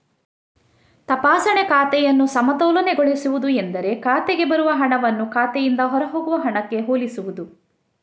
ತಪಾಸಣೆ ಖಾತೆಯನ್ನು ಸಮತೋಲನಗೊಳಿಸುವುದು ಎಂದರೆ ಖಾತೆಗೆ ಬರುವ ಹಣವನ್ನು ಖಾತೆಯಿಂದ ಹೊರಹೋಗುವ ಹಣಕ್ಕೆ ಹೋಲಿಸುವುದು